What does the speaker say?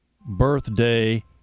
birthday